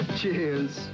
cheers